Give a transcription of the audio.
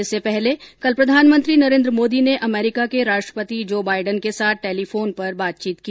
इससे पहले कल प्रधानमंत्री नरेन्द्र मोदी ने अमेरीका के राष्ट्रपति जो बाइडेन के साथ टेलीफोन पर बातचीत की